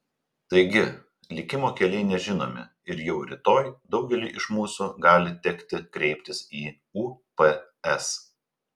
taigi likimo keliai nežinomi ir jau rytoj daugeliui iš mūsų gali tekti kreiptis į ups